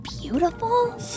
beautiful